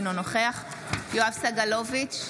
אינו נוכח יואב סגלוביץ'